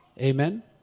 Amen